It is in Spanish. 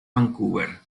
vancouver